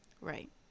Right